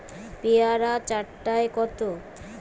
পেয়ারা চার টায় কত?